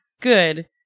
good